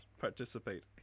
participate